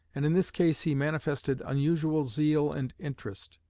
and in this case he manifested unusual zeal and interest.